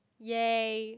yay